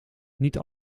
niet